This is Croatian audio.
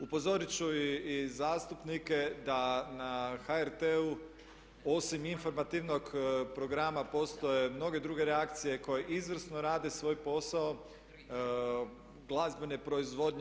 Upozorit ću i zastupnike da na HRT-u osim informativnog programa postoje mnoge druge reakcije koje izvrsno rade svoj posao, glazbene proizvodnje.